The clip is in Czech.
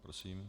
Prosím.